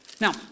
Now